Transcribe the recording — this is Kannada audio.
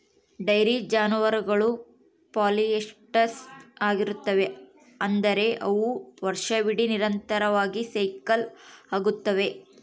ಡೈರಿ ಜಾನುವಾರುಗಳು ಪಾಲಿಯೆಸ್ಟ್ರಸ್ ಆಗಿರುತ್ತವೆ, ಅಂದರೆ ಅವು ವರ್ಷವಿಡೀ ನಿರಂತರವಾಗಿ ಸೈಕಲ್ ಆಗುತ್ತವೆ